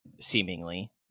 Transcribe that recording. seemingly